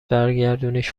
برگردونیش